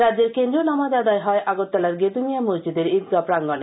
রাজ্যের কেন্দ্রীয় নামাজ আদায় হয় আগরতলার গেদুমিয়া মসজিদের ঈদগাহ প্রাঙ্গনে